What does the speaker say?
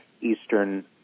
eastern